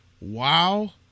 wow